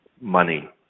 money